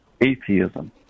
atheism